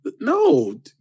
No